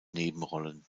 nebenrollen